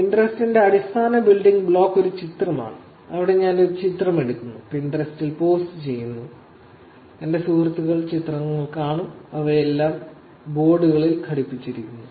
Pinterest ന്റെ അടിസ്ഥാന building block ഒരു ചിത്രമാണ് അവിടെ ഞാൻ ഒരു ചിത്രം എടുക്കുന്നു പിന്ററസ്റ് ൽ പോസ്റ്റുചെയ്യുന്നു എന്റെ സുഹൃത്തുക്കൾ ചിത്രങ്ങൾ കാണും അവയെല്ലാം ബോർഡുകളിൽ ഘടിപ്പിച്ചിരിക്കുന്നു